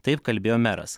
taip kalbėjo meras